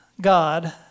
God